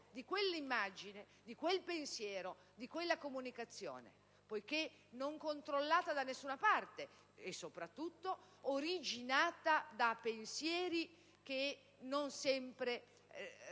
di quella immagine, di quel pensiero, di quella comunicazione, poiché non controllata da nessuna parte e soprattutto originata da pensieri che non sempre